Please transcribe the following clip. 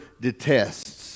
detests